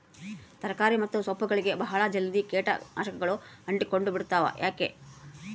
ತರಕಾರಿ ಮತ್ತು ಸೊಪ್ಪುಗಳಗೆ ಬಹಳ ಜಲ್ದಿ ಕೇಟ ನಾಶಕಗಳು ಅಂಟಿಕೊಂಡ ಬಿಡ್ತವಾ ಯಾಕೆ?